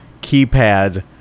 keypad